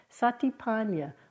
satipanya